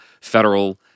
federal